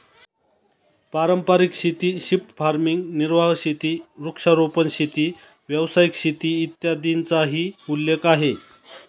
पारंपारिक शेती, shift farming, निर्वाह शेती, वृक्षारोपण शेती, व्यावसायिक शेती, इत्यादींचाही उल्लेख आहे